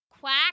Quack